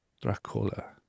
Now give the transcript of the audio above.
Dracula